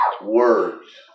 Words